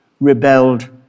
rebelled